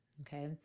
Okay